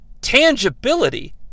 Tangibility